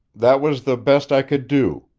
that was the best i could do,